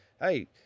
hey